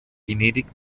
venedig